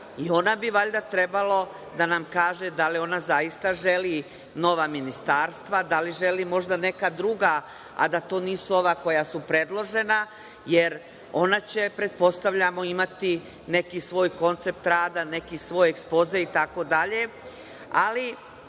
i ona bi valjda trebalo da nam kaže da li ona zaista želi nova ministarstva, da li možda želi neka druga, a da to nisu ova koja su predložena, jer ona će, pretpostavljamo imati neki svoj koncept rada, neki svoj ekspoze, itd.